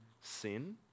sin